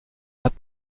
hat